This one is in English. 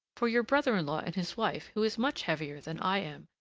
for your brother-in-law and his wife, who is much heavier than i am,